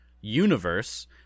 universe